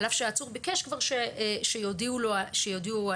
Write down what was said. על אף שהעצור ביקש כבר שיודיעו על המעצר.